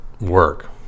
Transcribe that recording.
work